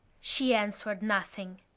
she answered nothing.